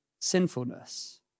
sinfulness